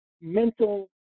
mental